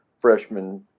Freshman